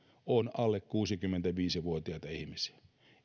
on alle kuusikymmentäviisi vuotiaita ihmisiä